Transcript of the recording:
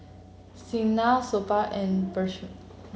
Saina Suppiah and Peyush